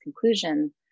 conclusion